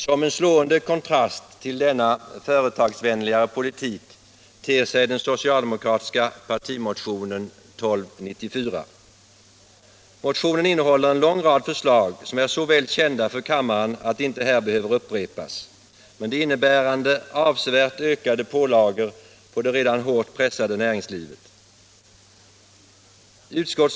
Som en slående kontrast till denna företagsvänliga politik ter sig den socialdemokratiska partimotionen 1294. Motionen innehåller en lång rad förslag som är så väl kända för kammaren att de inte här behöver upprepas, innebärande avsevärt ökade pålagor på det redan hårt pressade näringslivet.